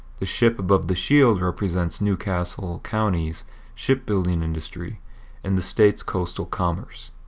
the ship above the shield represents new castle county's ship building industry and the state's coastal commerce.